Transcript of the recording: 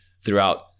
throughout